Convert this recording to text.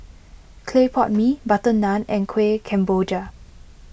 Clay Pot Mee Butter Naan and Kuih Kemboja